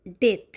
death